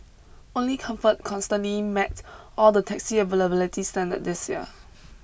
only comfort consistently met all the taxi standards this year